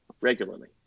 regularly